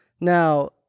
Now